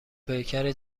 پیکر